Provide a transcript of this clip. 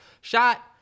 shot